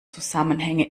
zusammenhänge